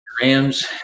Rams